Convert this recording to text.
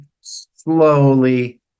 slowly